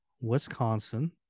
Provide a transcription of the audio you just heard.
wisconsin